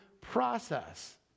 process